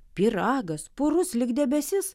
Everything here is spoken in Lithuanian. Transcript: pyragas purus lyg debesis